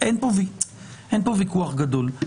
אין פה ויכוח גדול.